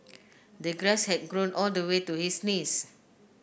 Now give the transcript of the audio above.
the grass had grown all the way to his knees